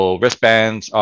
wristbands